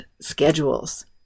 schedules